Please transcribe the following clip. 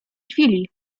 chwili